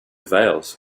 veils